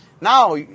Now